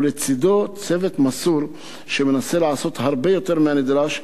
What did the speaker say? ולצדו צוות מסור שמנסה לעשות הרבה יותר מהנדרש,